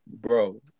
Bro